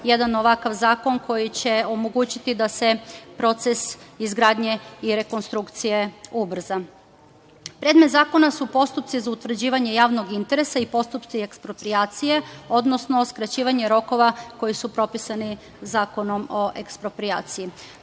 jedan ovakav zakon koji će omogućiti da se proces izgradnje i rekonstrukcije ubrza. Predmet zakona su postupci za utvrđivanje javnog interesa i postupci eksproprijacije, odnosno skraćivanje rokova koji su propisani Zakonom o eksproprijaciji.Za